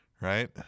right